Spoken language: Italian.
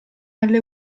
alle